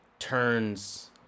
Turns